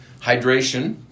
Hydration